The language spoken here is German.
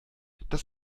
das